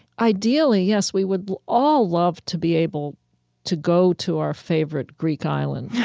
ideally, yes, we would all love to be able to go to our favorite greek island, yeah